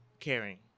Caring